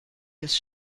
des